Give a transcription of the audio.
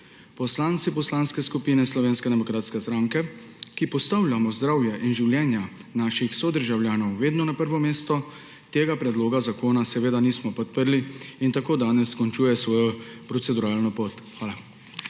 Poslanci Poslanske skupine Slovenske demokratske stranke, ki postavljamo zdravje in življenja svojih sodržavljanov vedno na prvo mesto, tega predloga zakona seveda nismo podprli in tako danes končuje svojo proceduralno pot. Hvala.